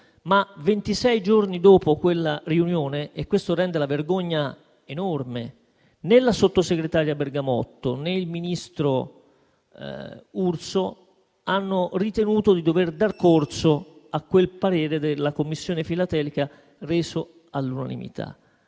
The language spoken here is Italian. giorni dopo quella riunione - e questo rende la vergogna enorme - né la sottosegretaria Bergamotto, né il ministro Urso hanno ritenuto di dover dar corso a quel parere della Consulta filatelica reso all'unanimità.